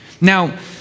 Now